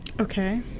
okay